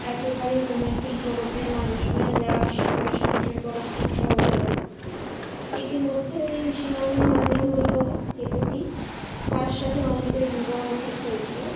একেবারেই রোম্যান্টিক জগতের মানুষ নয় যার সঙ্গে সংসার করা খুব সহজ হবে না ইতিমধ্যেই শিলংয়ে হাজির হলো কেতকী তার সাথে অমিতের বিবাহ ঠিক হয়েছিলো